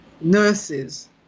nurses